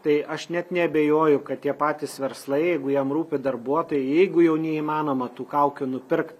tai aš net neabejoju kad tie patys verslai jeigu jiem rūpi darbuotojai jeigu jau neįmanoma tų kaukių nupirkt